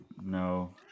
No